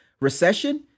recession